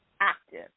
active